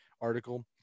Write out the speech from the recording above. article